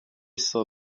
saw